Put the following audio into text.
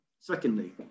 Secondly